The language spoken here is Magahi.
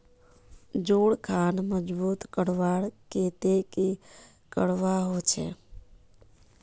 जोड़ खान मजबूत करवार केते की करवा होचए?